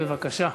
בבקשה.